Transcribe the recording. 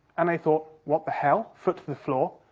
and they thought, what the hell? foot to the floor.